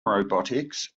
robotics